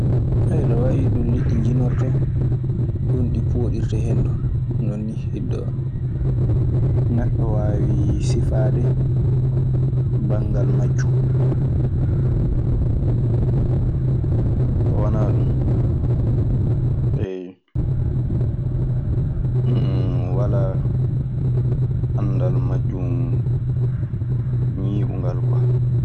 eɗun waawi ɗun liɗɗi njinortoo, ɗun ɗi pooɗirta henndu. Noon nii hiddoo neɗɗo waawi sifaade banngal majjun. So wanaa ɗun mi walaa anndal majjun ñiiɓungal kwa.